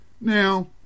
Now